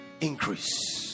increase